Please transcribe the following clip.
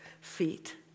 feet